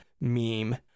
meme